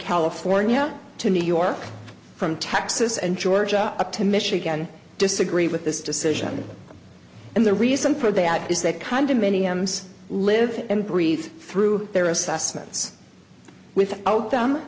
california to new york from texas and georgia up to michigan disagree with this decision and the reason for that is that condominiums live and breathe through their assessments with